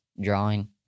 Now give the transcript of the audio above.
drawing